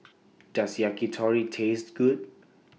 Does Yakitori Taste Good